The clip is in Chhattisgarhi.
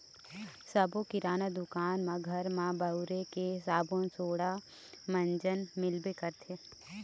सब्बो किराना दुकान म घर म बउरे के साबून सोड़ा, मंजन मिलबे करथे